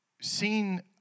seen